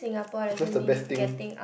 first the best thing